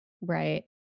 Right